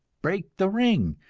break the ring!